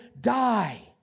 die